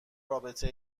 رابطه